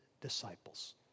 disciples